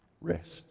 Rest